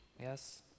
Yes